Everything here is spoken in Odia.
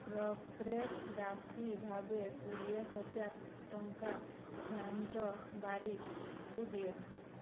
ବ୍ରୋକରେଜ୍ ରାଶି ଭାବେ କୋଡ଼ିଏ ହଜାର ଟଙ୍କା ଫେଣେନ୍ଦ୍ର ବାରିକକୁ ଦିଅ